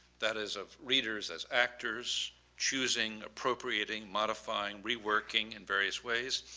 that is of readers as actors choosing, appropriating, modifying, reworking in various ways,